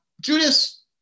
Judas